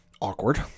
Awkward